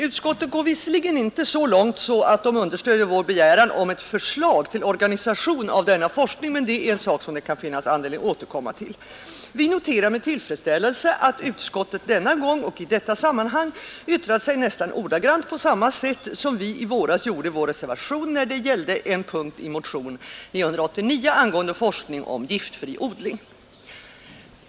Utskottet går visserligen inte så långt att det understöder vår begäran om ett förslag till organisation av denna forskning, men det är en sak som det kan finnas anledning att återkomma till. Vi noterar med tillfredsställelse att utskottet denna gång och i detta sammanhang yttrat sig nästan ordagrant på samma sätt som vi i våras gjorde i vår reservation när det gällde en punkt i motion 989 angående forskning om giftfri odling.